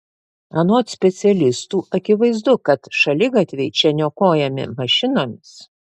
anot specialistų akivaizdu kad šaligatviai čia niokojami mašinomis